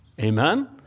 Amen